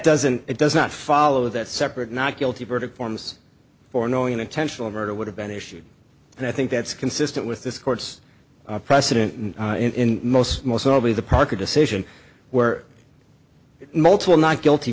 doesn't it does not follow that separate not guilty verdict forms for knowing an intentional murder would have been issued and i think that's consistent with this court's precedent and in most most notably the parker decision where multiple not guilty